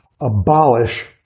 Abolish